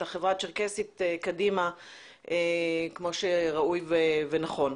החברה הצ'רקסית קדימה כמו שראוי ונכון.